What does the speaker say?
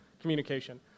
communication